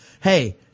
hey